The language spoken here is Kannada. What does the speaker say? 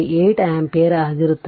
8 ಆಂಪಿಯರ್ ಆಗಿರುತ್ತದೆ